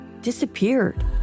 disappeared